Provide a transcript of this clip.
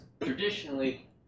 traditionally